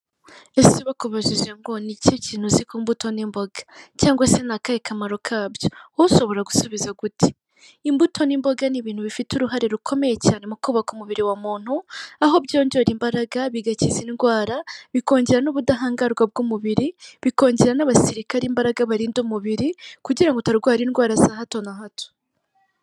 Ese bakubajije ngo ni iki kintu uzi ku mbuto n'imboga, cyangwa se ni akahe kamaro kabyo? Wowe ushobora gusubiza gute, imbuto n'imboga ni ibintu bifite uruhare rukomeye cyane mu kubaka umubiri wa muntu aho byongerara imbaraga, bigakiza indwara, bikongera n'ubudahangarwa bw'umubiri, bikongera n'abasirikare imbaraga barinda umubiri, kugira ngo utarwara indwara za hato na hato.